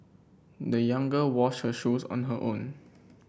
the young girl washed her shoes on her own